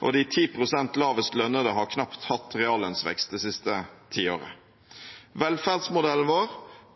de 10 pst. lavest lønnede har knapt hatt reallønnsvekst det siste tiåret. Velferdsmodellen vår